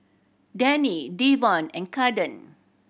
Dannie Devon and Caden